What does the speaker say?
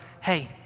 hey